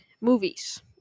Movies